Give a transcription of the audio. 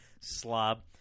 slob